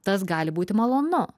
tas gali būti malonu